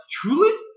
truly